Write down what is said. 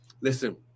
Listen